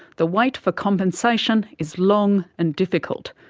the wait for compensation is long and difficult.